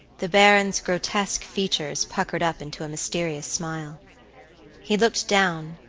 the baron's grotesque features puckered up into a mysterious smile he looked down,